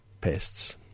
pests